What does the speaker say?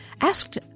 asked